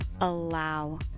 allow